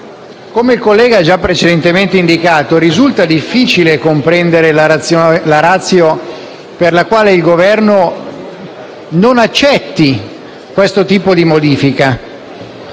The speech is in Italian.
Come il collega già ha indicato, risulta difficile comprendere la *ratio* per la quale il Governo non accetti questo tipo di modifica.